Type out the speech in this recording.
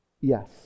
Yes